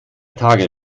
tage